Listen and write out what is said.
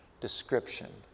description